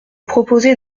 proposez